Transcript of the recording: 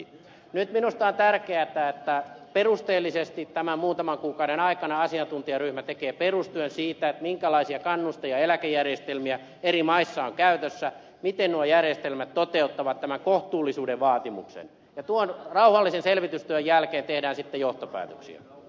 nyt minusta on tärkeätä että perusteellisesti tämän muutaman kuukauden aikana asiantuntijaryhmä tekee perustyön siitä minkälaisia kannuste ja eläkejärjestelmiä eri maissa on käytössä miten nuo järjestelmät toteuttavat tämän kohtuullisuuden vaatimuksen ja tuon rauhallisen selvitystyön jälkeen tehdään sitten johtopäätöksin